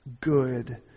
good